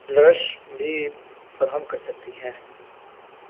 Nourish بھی فراہم کر سکتی ہیں